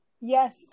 Yes